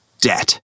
debt